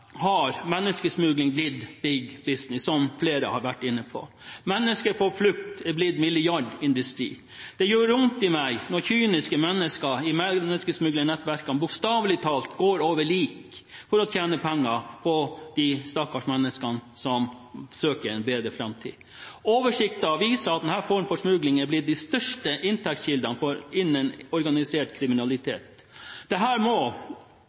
har menneskesmugling blitt big business, som flere har vært inne på. Mennesker på flukt er blitt milliardindustri. Det gjør vondt i meg når kyniske mennesker i menneskesmuglernettverkene bokstavelig talt går over lik for å tjene penger på disse stakkars menneskene som søker en bedre framtid. Oversikter viser at denne form for smugling er blitt de største inntektskildene innen organisert kriminalitet. Selv om utfordringene er store, vil det